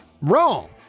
wrong